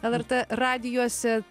lrt radijuose